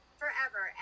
forever